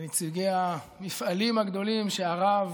ולנציגי המפעלים הגדולים שהרב